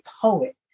poet